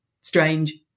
strange